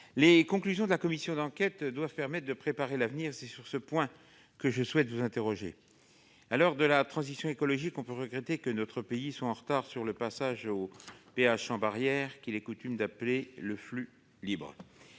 Les conclusions de la commission d'enquête doivent permettre de préparer l'avenir, et c'est sur ce point que je souhaite vous interroger, monsieur le ministre. À l'heure de la transition écologique, on peut regretter que notre pays soit en retard sur le passage au péage sans barrière, qu'il est coutume d'appeler « flux libre